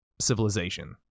civilization